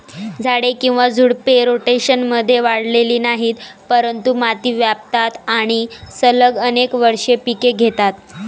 झाडे किंवा झुडपे, रोटेशनमध्ये वाढलेली नाहीत, परंतु माती व्यापतात आणि सलग अनेक वर्षे पिके घेतात